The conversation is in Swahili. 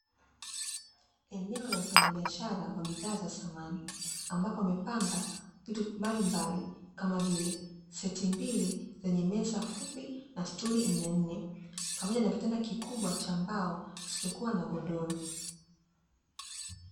Eneo la mfanyabiashara wa bidhaa za samani ambapo amepanga vitu mbalimbali kama vile; seti mbili zenye meza fupi na sturi nne nne, pamoja na kitanda kikubwa cha mbao kisichokuwa na godoro.